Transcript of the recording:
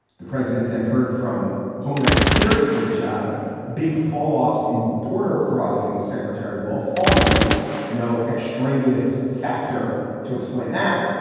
the president then heard from homeland security. great job, adam. big falloffs in border crossing secretary wolf. all, you know, extraneous factor to explain that.